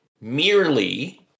merely